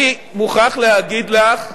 אני מוכרח להגיד לך,